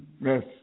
Yes